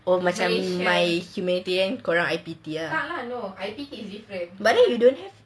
oh macam my humanity korang I_P_T ah but then you don't